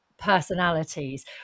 personalities